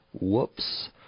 whoops